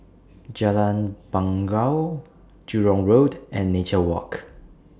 Jalan Bangau Jurong Road and Nature Walk